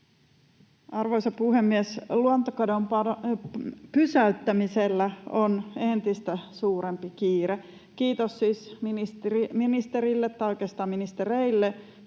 Arvoisa puhemies! Luontokadon pysäyttämisellä on entistä suurempi kiire, kiitos siis ministerille tai oikeastaan ministereille.